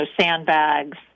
sandbags